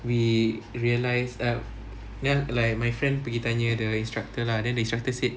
we realise err like my friend pergi tanya the instructor lah then instructor said